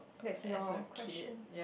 that's your question